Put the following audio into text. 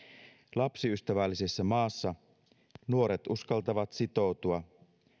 lapsiystävällisessä maassa nuoret uskaltavat sitoutua